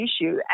issue